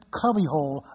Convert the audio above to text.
cubbyhole